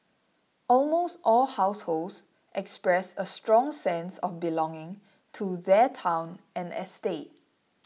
almost all households expressed a strong sense of belonging to their town and estate